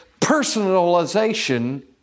personalization